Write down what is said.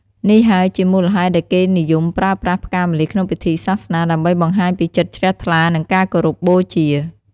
នេះហើយជាមូលហេតុដែលគេនិយមប្រើប្រាស់ផ្កាម្លិះក្នុងពិធីសាសនា ដើម្បីបង្ហាញពីចិត្តជ្រះថ្លា និងការគោរពបូជា។